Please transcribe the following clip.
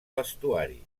vestuari